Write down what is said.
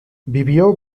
vivió